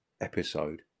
episode